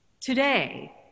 Today